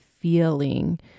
feeling